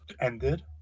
ended